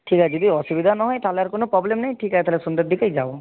ঠিক আছে যদি অসুবিধা না হয় তাহলে আর কোনো প্রবলেম নেই ঠিক আছে তাহলে সন্ধ্যের দিকেই যাব